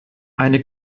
eine